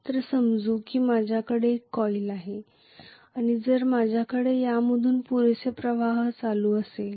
तर समजू की माझ्याकडे एक कॉइल आहे आणि जर माझ्याकडे यामधून पुरेसे प्रवाह चालू असेल